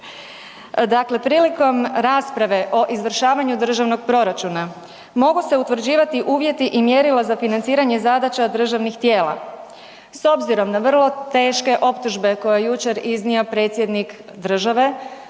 Dakle, prilikom rasprave o izvršavanju državnog proračuna mogu se utvrđivati uvjeti i mjerila za financiranje zadaća državnih tijela. S obzirom na vrlo teške optužbe koje je jučer iznio predsjednik države,